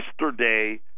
yesterday